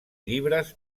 llibres